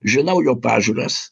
žinau jo pažiūras